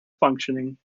functioning